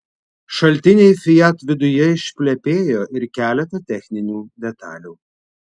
šaltiniai fiat viduje išplepėjo ir keletą techninių detalių